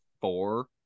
four